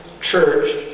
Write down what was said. church